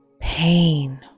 pain